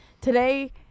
today